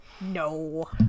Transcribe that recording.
No